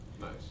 Nice